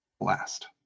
last